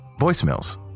voicemails